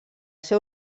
seu